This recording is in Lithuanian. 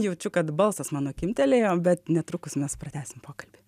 jaučiu kad balsas mano kimtelėjo bet netrukus mes pratęsim pokalbį